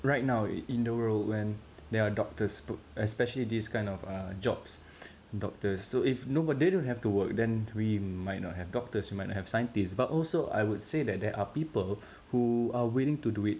right now in the world when there are doctors b~ especially this kind of uh jobs doctors so if no o~ they don't have to work then we might not have doctors we might not have scientists but also I would say that there are people who are willing to do it